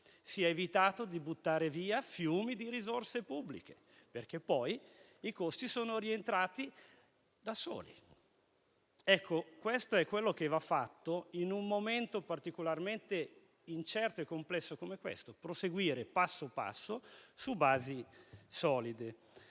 si è evitato di buttare via fiumi di risorse pubbliche, perché poi i costi sono rientrati da soli. Ecco, questo è quello che va fatto in un momento particolarmente incerto e complesso come questo: proseguire, passo dopo passo, su basi solide,